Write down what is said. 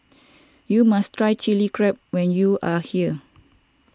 you must try Chilli Crab when you are here